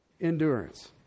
Endurance